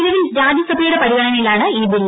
നിലവിൽ രാജ്യസഭയുടെ പരിഗണനയിലാണ് ഈ ബിൽ